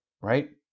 right